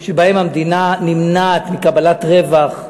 שבהם המדינה נמנעת מקבלת רווח.